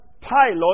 pilot